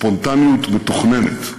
בספונטניות מתוכננת.